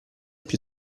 più